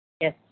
Yes